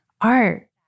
art